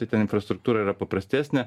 tai ten infrastruktūra yra paprastesnė